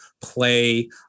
play